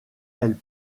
elle